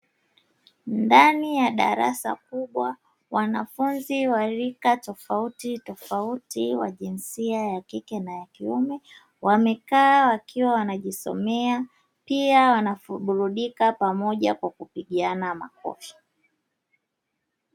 Ndani ya darasa kubwa wanafunzi wa rika tofauti tofauti wa jinsia ya kike na ya kiume wamekaa wakiwa wanajisomea pia wanaburudika pamoja kwa kupigiana makofi.